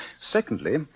Secondly